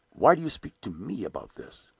why do you speak to me about this?